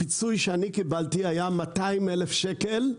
הפיצוי שאני קיבלתי היה 200,000 שקל.